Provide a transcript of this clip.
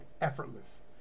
effortless